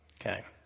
Okay